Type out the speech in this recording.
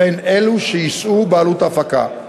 והן אלו שיישאו בעלות ההפקה.